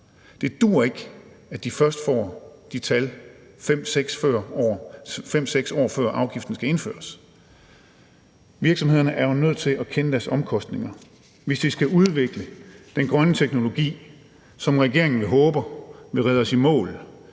Det duer ikke, at de først får de tal, 5-6 år før afgiften skal indføres. Virksomhederne er jo nødt til at kende deres omkostninger, hvis de skal udvikle den grønne teknologi, som regeringen håber vil redde os i mål